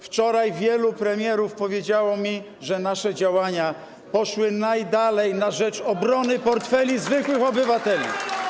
Wczoraj wielu premierów powiedziało mi, że nasze działania poszły najdalej na rzecz obrony portfeli zwykłych obywateli.